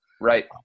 Right